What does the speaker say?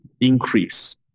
increase